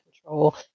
control